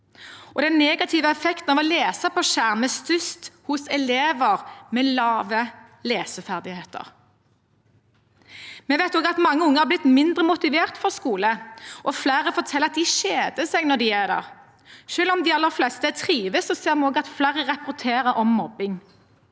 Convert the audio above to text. Den negative effekten av å lese på skjerm er størst hos elever med lave leseferdigheter. Vi vet også at mange unge har blitt mindre motivert for skole, og flere forteller at de kjeder seg når de er der. Selv om de aller fleste trives, ser vi at flere rapporterer om mobbing.